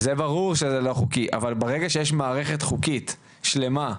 ברגע שיש מערכת חוקית שלמה,